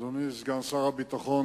אדוני סגן שר הביטחון,